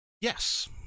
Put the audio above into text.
Yes